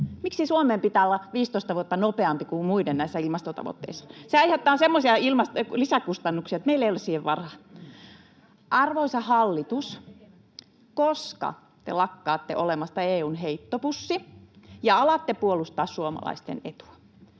Miksi Suomen pitää olla 15 vuotta nopeampi kuin muiden näissä ilmastotavoitteissa? Se aiheuttaa semmoisia lisäkustannuksia, että meillä ei ole siihen varaa. Arvoisa hallitus, koska te lakkaatte olemasta EU:n heittopussi ja alatte puolustaa suomalaisten etua